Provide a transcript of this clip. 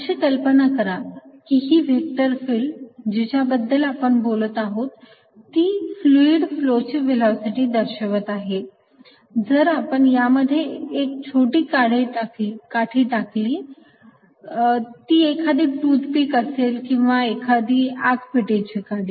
अशी कल्पना करा की ही व्हेक्टर फिल्ड जिच्या बद्दल आपण बोलत आहोत ती फ्लुईड फ्लोची व्हेलॉसिटी दर्शवत आहे जर आपण यामध्ये एक छोटी काठी टाकली ती एखादी टूथपिक असेल किंवा एखादी आगपेटीची काडी